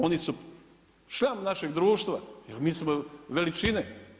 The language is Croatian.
Oni su šljam našeg društva, jer mi smo veličine.